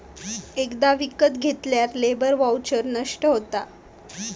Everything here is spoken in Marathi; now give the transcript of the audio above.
एकदा विकत घेतल्यार लेबर वाउचर नष्ट होता